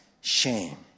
shame